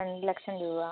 രണ്ട് ലക്ഷം രൂപ